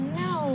no